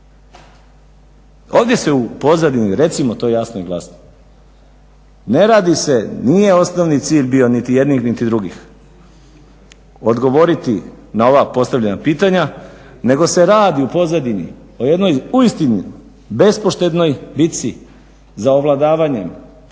Ovdje se u pozadini, recimo to jasno i glasno, ne radi se, nije osnovni cilj bio niti jednih niti drugih odgovoriti na ova postavljena pitanja nego se radi u pozadini o jednoj uistinu bespoštednoj bitci za ovladavanjem,